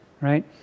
right